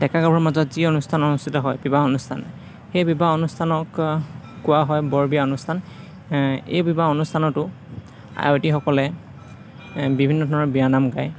ডেকা গাভৰুৰ মাজত যি অনুষ্ঠান অনুষ্ঠিত হয় সেই বিবাহ অনুষ্ঠানক কোৱা হয় বৰবিয়া অনুষ্ঠান এই বিবাহ অনুষ্ঠানতো আয়তীসকলে বিভিন্নধৰণৰ বিয়া নাম গায়